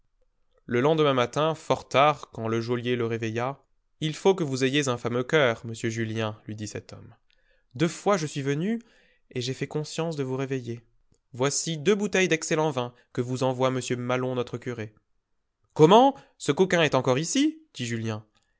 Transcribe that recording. le lendemain matin fort tard quand le geôlier le réveilla il faut que vous ayez un fameux coeur monsieur julien lui dit cet homme deux fois je suis venu et j'ai fait conscience de vous réveiller voici deux bouteilles d'excellent vin que vous envoie m maslon notre curé comment ce coquin est encore ici dit julien